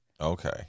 Okay